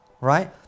Right